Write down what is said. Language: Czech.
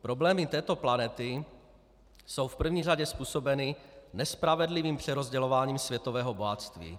Problémy této planety jsou v první řadě způsobeny nespravedlivým přerozdělováním světového bohatství.